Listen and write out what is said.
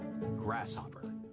Grasshopper